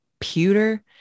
computer